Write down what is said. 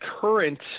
current